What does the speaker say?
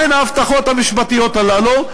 מה הן ההבטחות המשפטיות האלה?